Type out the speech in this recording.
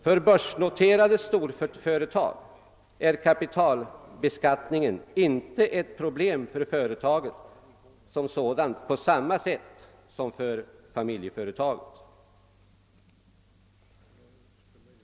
För börsnoterade storföretag är kapitalbeskattningen inte ett problem för företaget som sådant på samma sätt som för familjeföretag.